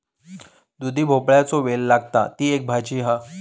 दुधी भोपळ्याचो वेल लागता, ती एक भाजी हा